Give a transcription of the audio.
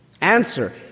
Answer